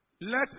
Let